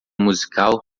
musical